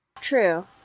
True